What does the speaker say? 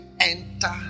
enter